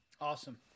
Awesome